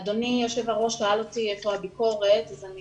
אדוני יושב ראש שאל אותי איפה הביקורת, אז אני